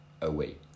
away